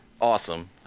awesome